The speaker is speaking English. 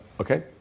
Okay